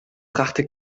brachte